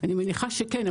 אני מניחה שכן.